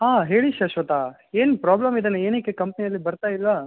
ಹಾಂ ಹೇಳಿ ಶಾಶ್ವತ ಏನು ಪ್ರಾಬ್ಲಮಿದೆನ ಏನಕ್ಕೆ ಕಂಪ್ನಿಯಲ್ಲಿ ಬರ್ತಾಯಿಲ್ಲಾ